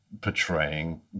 portraying